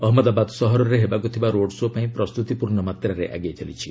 ଅହମ୍ମଦାବାଦ ସହରରେ ହେବାକୁ ଥିବା ରୋଡ୍ ଶୋ' ପାଇଁ ପ୍ରସ୍ତୁତି ପୂର୍ଣ୍ଣମାତ୍ରାରେ ଆଗେଇ ଚାଲିଛି